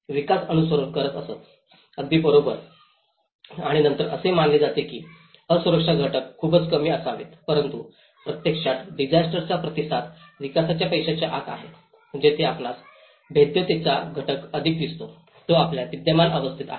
विकास अनुसरण करत असत अगदी बरोबर आणि नंतर असे मानले जाते की असुरक्षा घटक खूप कमी असावेत परंतु प्रत्यक्षात डिसास्टरचा प्रतिसाद विकासाच्या पैशाच्या आत आहे जेथे आपणास भेद्यतेचा घटक अधिक दिसतो तो आपल्या विद्यमान व्यवस्थेत आहे